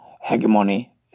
hegemony